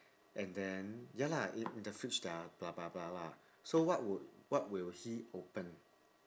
and then ya lah in in the fridge lah blah blah lah so what would what will he open